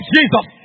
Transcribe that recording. Jesus